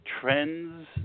trends